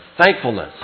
thankfulness